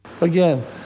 Again